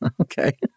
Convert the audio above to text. Okay